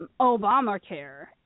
Obamacare